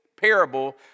parable